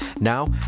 Now